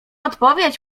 odpowiedź